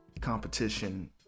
competition